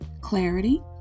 Clarity